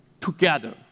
together